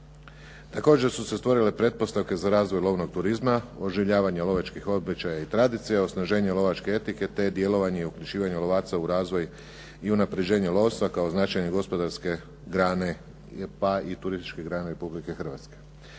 Također su se stvorile pretpostavke za razvoj lovnog turizma, oživljavanje lovačkih običaja i tradicije, osnaženje lovačke etike te djelovanje i uključivanje lovaca u razvoj i unapređenje lovstva kao značajne gospodarske grane, pa i turističke grane Republike Hrvatske.